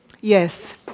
yes